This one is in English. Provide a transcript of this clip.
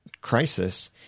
crisis